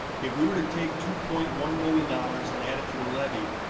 if we were to take two point one million dollars and add it to the levy,